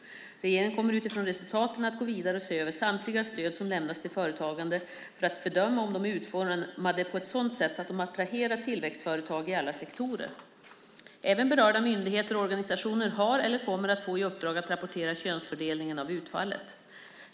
Regeringen kommer utifrån resultaten att gå vidare och se över samtliga stöd som lämnas till företagande för att bedöma om de är utformade på ett sådant sätt att de attraherar tillväxtföretag i alla sektorer. Även berörda myndigheter och organisationer har eller kommer att få i uppdrag att rapportera könsfördelningen av utfallet.